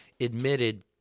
admitted